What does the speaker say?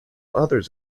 others